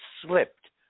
slipped